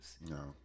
no